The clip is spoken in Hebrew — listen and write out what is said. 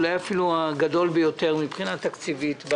אולי אפילו הגדול ביותר מבחינה תקציבית.